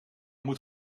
moet